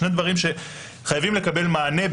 שני דברים שחייבים לקבל מענה.